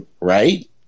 right